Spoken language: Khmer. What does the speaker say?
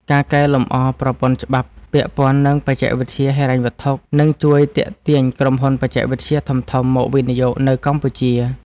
ការកែលម្អប្រព័ន្ធច្បាប់ពាក់ព័ន្ធនឹងបច្ចេកវិទ្យាហិរញ្ញវត្ថុនឹងជួយទាក់ទាញក្រុមហ៊ុនបច្ចេកវិទ្យាធំៗមកវិនិយោគនៅកម្ពុជា។